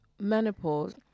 menopause